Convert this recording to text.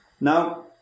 Now